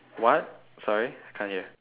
what sorry can't hear